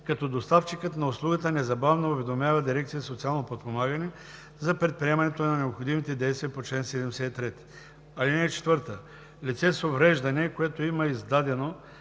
като доставчикът на услугата незабавно уведомява дирекция „Социално подпомагане“ за предприемането на необходимите действия по чл. 73. (4) Лице с увреждане, което има издадено